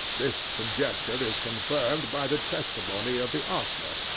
this conjecture is confirmed by the testimony of the ostler,